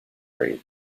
grade